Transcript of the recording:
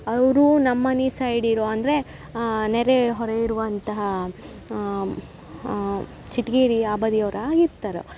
ಅವರು ನಮ್ಮ ಮನೆ ಸೈಡ್ ಇರೋ ಅಂದರೆ ನೆರೆಹೊರೆ ಇರುವಂತಹ ಚಿಟಗೇರಿ ಆ ಬದಿಯವ್ರು ಆಗಿರ್ತರು